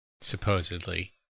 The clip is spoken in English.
Supposedly